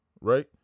right